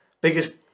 biggest